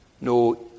No